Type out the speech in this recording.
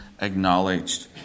acknowledged